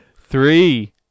Three